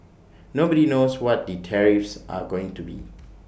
nobody knows what the tariffs are going to be